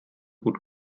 gut